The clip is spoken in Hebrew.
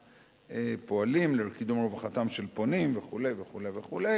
פועלים לקידום רווחתם של פונים וכו' וכו',